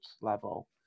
level